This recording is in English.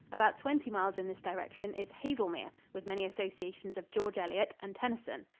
about twenty miles in this direction is haselmere, with many associations of george eliot and tennyson.